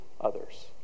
others